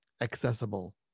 accessible